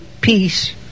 peace